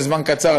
זה זמן קצר,